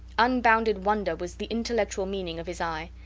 unbounded wonder was the intellectual meaning of his eye,